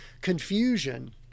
Confusion